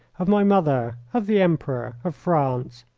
of my mother, of the emperor, of france.